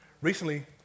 Recently